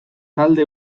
talde